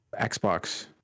Xbox